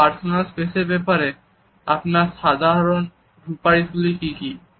তো personal space এর ব্যাপারে আপনার সাধারন সুপারিশ গুলি কি কি